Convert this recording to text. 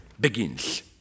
begins